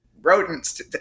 rodents